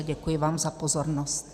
Děkuji vám za pozornost.